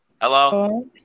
Hello